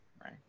right